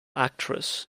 actress